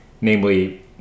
namely